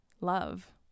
love